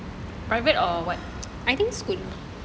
private or what